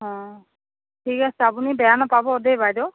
অঁ ঠিক আছে আপুনি বেয়া নাপাব দেই বাইদেউ